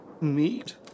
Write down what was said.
meat